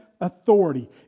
authority